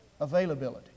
Availability